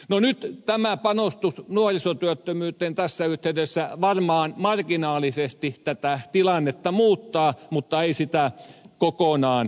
no nyt tämä panostus nuorisotyöt tömyyteen tässä yhteydessä varmaan marginaalisesti tätä tilannetta muuttaa mutta ei sitä kokonaan korjaa